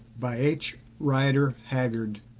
by h. rider haggard